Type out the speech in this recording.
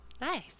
nice